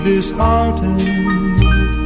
Disheartened